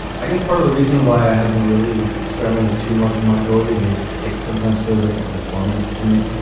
i guess part of the reason why i haven't really experimented too much of my clothing is it sometimes feels like a performance to me.